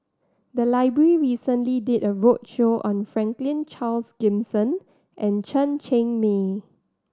the library recently did a roadshow on Franklin Charles Gimson and Chen Cheng Mei